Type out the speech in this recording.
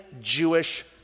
Jewish